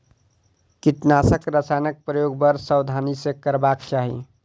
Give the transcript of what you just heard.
कीटनाशक रसायनक प्रयोग बड़ सावधानी सॅ करबाक चाही